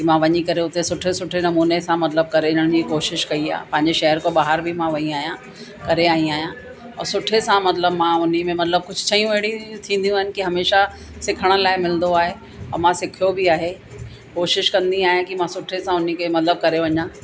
की मां वञी करे उते सुठे सुठे नमूने सां मतिलबु करे वञण जी कोशिशि कई आहे पंहिंजे शहर खां ॿाहिरि बि मां वई आहियां करे आई आहियां ऐं सुठे सां मतिलबु मां उन्ही में मतिलबु कुझु शयूं अहिड़ी थींदियूं आहिनि की हमेशा सिखण लाइ मिलंदो आहे ऐं मां सिखियो बि आहे कोशिशि कंदी आहियां की मां सुठे सां उन्ही खे मतिलबु करे वञां